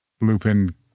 Lupin